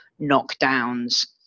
knockdowns